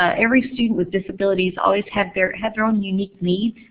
ah every student with disabilities always had their had their own unique needs,